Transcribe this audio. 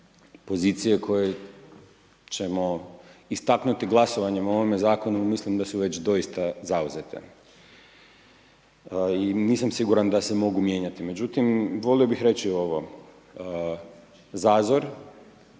koje ćemo istaknuti glasovanjem o ovome zakonu mislim da su već doista zauzete. I nisam siguran da se mogu mijenjati međutim, volio bih reći ovo. Zazor